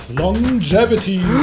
longevity